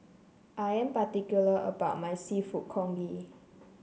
I'm particular about my seafood Congee